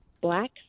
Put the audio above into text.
black